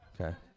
Okay